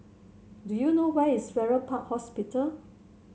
do you know where is Farrer Park Hospital